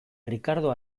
rikardo